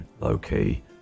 low-key